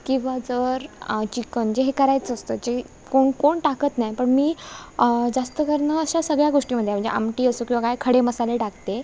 किंवा जर चिकन जे हे करायचं असतं जे कोण कोण टाकत नाही पण मी जास्तकरून अशा सगळ्या गोष्टी म्हणजे म्हणजे आमटी असो किंवा काय खडे मसाले टाकते